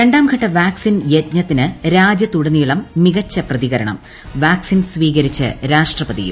രണ്ടാം ഘട്ട വാക്ട്സിൻ യജ്ഞത്തിന് രാജ്യത്തുടനീളം ന് മികച്ച പ്രതികരണം വാക്സിൻ സ്വീകരിച്ച് രാഷ്ട്രപതിയും